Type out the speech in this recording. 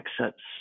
accepts